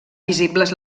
visibles